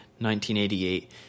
1988